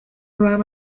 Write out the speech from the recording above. ran